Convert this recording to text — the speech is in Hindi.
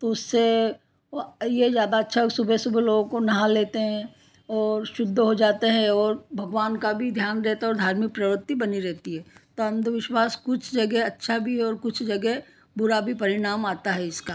तो उससे वह ये ज़्यादा अच्छा है सुबह सुबह लोगों को नहा लेते हैं और शुद्ध हो जाते हैं और भगवान का भी ध्यान देते हैं और धार्मिक प्रवृत्ति बनी रहती है तो अंधविश्वास कुछ जगह अच्छा भी है और कुछ जगह बुरा भी परिणाम आता है इसका